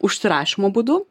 užsirašymo būdu